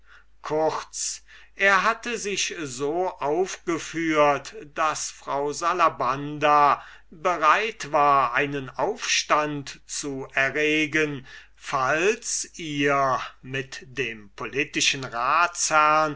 kurz er hatte sich so aufgeführt daß frau salabanda bereit war einen aufstand zu erregen falls ihr mit dem politischen